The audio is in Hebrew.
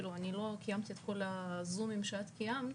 אני לא קיימתי את כל הזומים שאת קיימת,